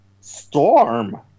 Storm